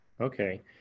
Okay